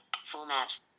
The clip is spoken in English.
Format